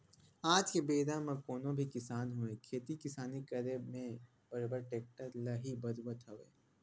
आज के बेरा म कोनो भी किसान होवय खेती किसानी के करे म बरोबर टेक्टर ल ही बउरत हवय